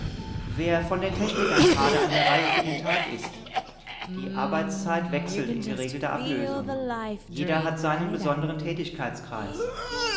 wer von den technikern gerade an der reihe für den tag ist die arbeitszeit wechselt in geregelter ablösung jeder hat seinen besonderen